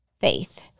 faith